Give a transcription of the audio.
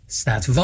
staat